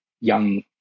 young